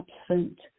absent